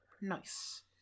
Nice